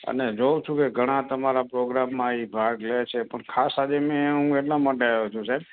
અને જોઉં છું કે ઘણા તમારા પ્રોગ્રામમાં એ ભાગ લે છે પણ ખાસ આજે મેં હું એટલા માટે આવ્યો છું સાહેબ